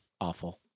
awful